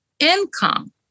income